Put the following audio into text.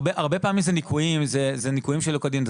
הרבה פעמים זה ניכויים שלא כדין,